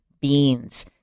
beans